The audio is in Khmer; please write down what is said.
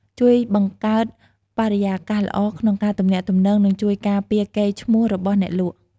ជួយបង្កើតបរិយាកាសល្អក្នុងការទំនាក់ទំនង និងជួយការពារកេរ្តិ៍ឈ្មោះរបស់អ្នកលក់។